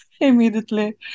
immediately